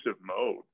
mode